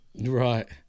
Right